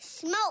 Smoke